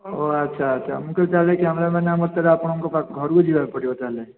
ଓ ଆଚ୍ଛା ଆଚ୍ଛା ମୁଁ କହିଲି ତା'ହେଲେ କ୍ୟାମେରାମ୍ୟାନ୍ ଆମର ସାର୍ ଆପଣଙ୍କ ପା ଘରକୁ ଯିବାକୁ ପଡ଼ିବ ତା'ହେଲେ